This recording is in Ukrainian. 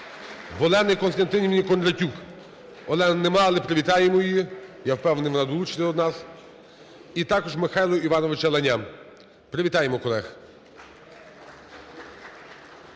В Олени Костянтинівни Кондратюк. Олени нема, але привітаємо її. Я впевнений, вона долучиться до нас. І також у Михайла Івановича Ланя. Привітаємо колег.